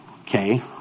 okay